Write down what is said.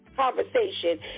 conversation